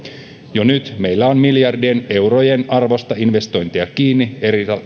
jo nyt meillä on miljardien eurojen arvosta investointeja kiinni